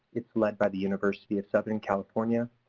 it is led by the university of southern california,